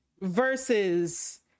versus